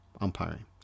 umpiring